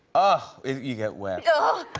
ah you get wet. ohh!